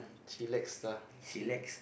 chillax ah chill